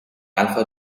alpha